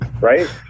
Right